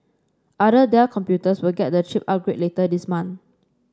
other Dell computers will get the chip upgrade later this month